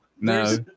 No